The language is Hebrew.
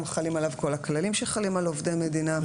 חלים עליו כל הכללים שחלים על עובדי מדינה.